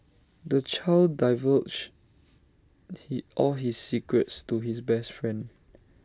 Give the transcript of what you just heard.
the child divulged he all his secrets to his best friend